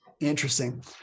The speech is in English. Interesting